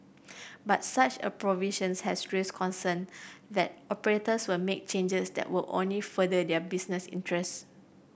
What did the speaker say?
but such a provisions has raised concern that operators will make changes that will only further their business interest